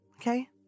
Okay